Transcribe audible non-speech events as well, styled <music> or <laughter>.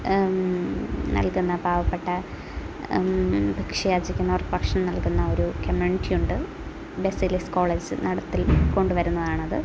നൽകുന്ന പാവപ്പെട്ട ഭിക്ഷ യാജിക്കുന്നവർക്ക് ഭക്ഷണം നൽകുന്ന ഒരു <unintelligible> ഉണ്ട് ബെസെലിയേഴ്സ് കോളേജ് നടത്തിക്കൊണ്ടു വരുന്നതാണത്